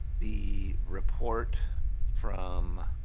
the report from